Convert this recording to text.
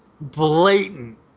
blatant